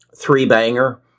three-banger